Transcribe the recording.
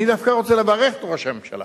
אני דווקא רוצה לברך את ראש הממשלה